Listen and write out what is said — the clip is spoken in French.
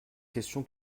question